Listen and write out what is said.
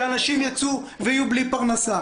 שהאנשים ייצאו ויהיו בלי פרנסה.